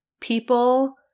people